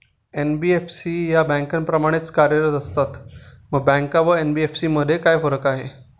NBFC या बँकांप्रमाणेच कार्य करतात, मग बँका व एन.बी.एफ.सी मध्ये काय फरक आहे?